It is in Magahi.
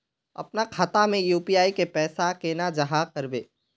अपना खाता में यू.पी.आई के पैसा केना जाहा करबे?